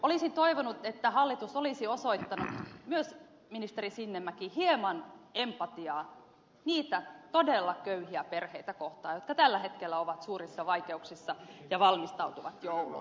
olisin toivonut että hallitus olisi osoittanut myös ministeri sinnemäki hieman empatiaa niitä todella köyhiä perheitä kohtaan jotka tällä hetkellä ovat suurissa vaikeuksissa ja valmistautuvat jouluun